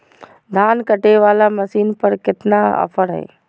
धान कटे बाला मसीन पर कतना ऑफर हाय?